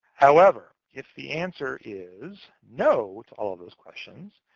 however, if the answer is no to all those questions,